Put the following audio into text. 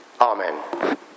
Amen